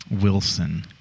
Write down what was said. Wilson